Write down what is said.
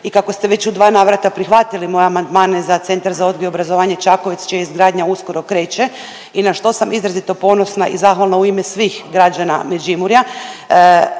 i kako ste već u dva navrata prihvatili moje amandmane za Centar za odgoj i obrazovanje Čakovec, čija izgradnja uskoro kreće i na što sam izrazito ponosna i zahvalna u ime svih građana Međimurja,